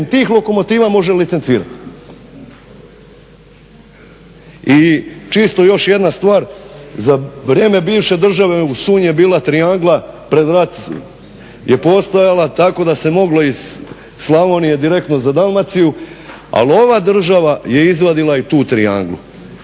tih lokomotiva može licencirati. I čisto još jedna stvar. Za vrijeme bivše države u Sunji je bila triangla pred rat je postojala tako da se moglo iz Slavonije direktno za Dalmaciju. Ali ova država je izvadila i tu trianglu.